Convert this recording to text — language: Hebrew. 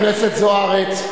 חברת הכנסת זוארץ,